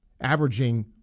averaging